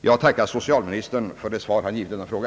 Jag tackar socialministern för det svar han givit i denna fråga.